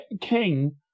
King